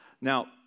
Now